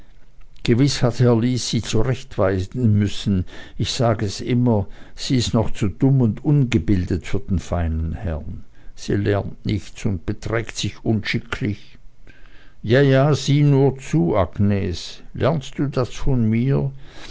gewiß hat herr lys sie zurechtweisen müssen ich sag es immer sie ist noch zu dumm und ungebildet für den feinen herren sie lernt nichts und beträgt sich unschicklich ja ja sieh nur zu agnes lernst du das von mir